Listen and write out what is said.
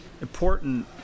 important